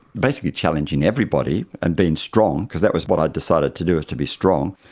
basically challenging everybody and being strong, because that was what i had decided to do, was to be strong,